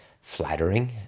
flattering